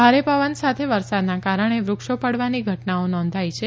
ભારે પવન સાથે વરસાદના કારણે વૃક્ષો પડવાની ઘટનાઓ નોંધાઇ છે